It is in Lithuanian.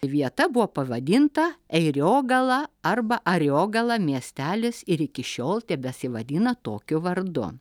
vieta buvo pavadinta eiriogala arba ariogala miestelis ir iki šiol tebesivadina tokiu vardu